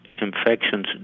infections